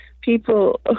people